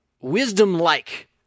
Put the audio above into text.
wisdom-like